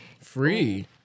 free